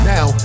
Now